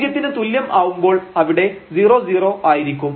പൂജ്യത്തിന് തുല്യം ആവുമ്പോൾ അവിടെ 00 ആയിരിക്കും